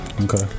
Okay